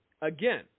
again